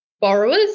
borrowers